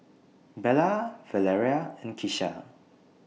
Bella Valeria and Kisha